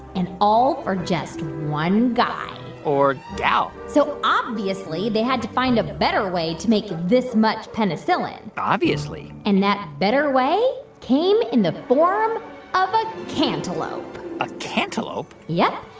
and all for just one guy or gal so obviously, they had to find a better way to make this much penicillin obviously and that better way came in the form of a cantaloupe a cantaloupe? yep.